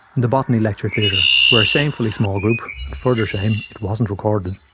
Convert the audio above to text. in the botany lecture theatre, where a shamefully small group and further shame it wasn't recorded!